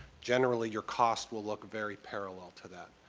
generally your cost will look very parallel to that.